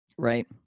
Right